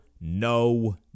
no